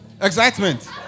Excitement